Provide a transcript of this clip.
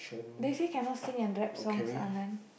they say cannot sing and rap songs Anand